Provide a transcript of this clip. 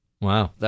Wow